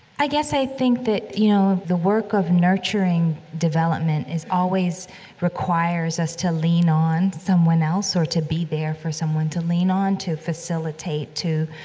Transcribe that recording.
i guess i think that, you know, the work of nurturing development is always requires us to lean on someone else, or to be there for someone to lean on, to facilitate, to,